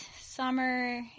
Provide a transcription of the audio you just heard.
summer